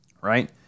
right